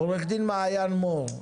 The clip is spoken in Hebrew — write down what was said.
עורכת דין מעיין מור,